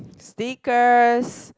stickers